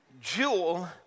jewel